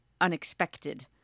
unexpected